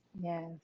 Yes